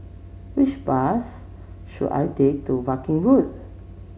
which bus should I take to Viking Road